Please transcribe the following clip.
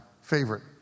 favorite